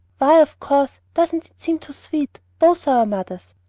why, of course! doesn't it seem too sweet? both our mothers!